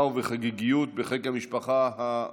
ובחגיגיות גם בחיק המשפחה המצומצמת.